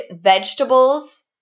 vegetables